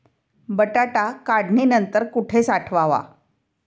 बटाटा काढणी नंतर कुठे साठवावा?